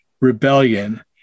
rebellion